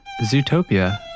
Zootopia